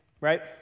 right